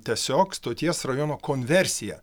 tiesiog stoties rajono konversija